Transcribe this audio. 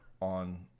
on